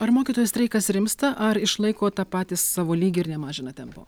ar mokytojų streikas rimsta ar išlaiko tą patį savo lygį ir nemažina tempo